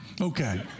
Okay